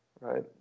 Right